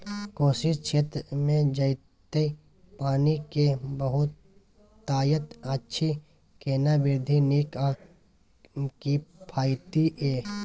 कोशी क्षेत्र मे जेतै पानी के बहूतायत अछि केना विधी नीक आ किफायती ये?